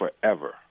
forever